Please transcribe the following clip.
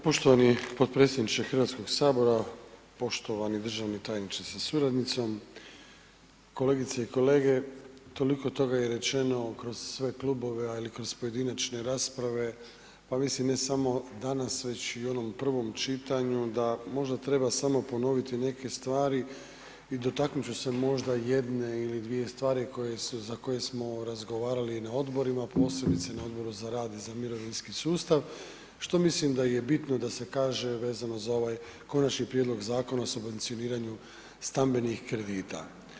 Poštovani potpredsjedniče HS, poštovani državni tajniče sa suradnicom, kolegice i kolege, toliko toga je rečeno kroz sve klubove, ali i kroz pojedinačne rasprave, pa mislim ne samo danas već i u onom prvom čitanju da možda treba samo ponoviti neke stvari i dotaknut ću se možda jedne ili dvije stvari koje su, za koje smo razgovarali na odborima, posebice na Odboru za rad i mirovinski sustav, što mislim da je bitno da se kaže vezano za ovaj Konačni prijedlog Zakona o subvencioniranju stambenih kredita.